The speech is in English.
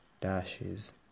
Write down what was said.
dashes